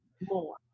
more